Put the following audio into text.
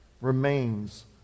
remains